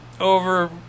over